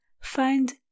find